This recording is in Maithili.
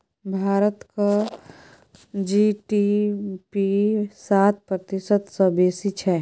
भारतक जी.डी.पी सात प्रतिशत सँ बेसी छै